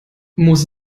muss